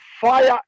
fire